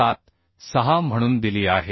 76 म्हणून दिली आहे